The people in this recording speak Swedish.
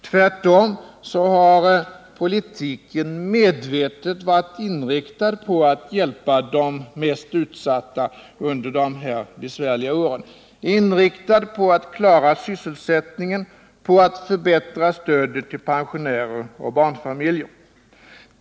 Tvärtom har politiken varit medvetet inriktad på att hjälpa de mest utsatta under dessa besvärliga år, inriktad på att klara sysselsättningen, på att förbättra stödet till pensionärer och barnfamiljer.